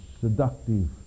seductive